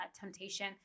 temptation